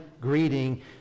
greeting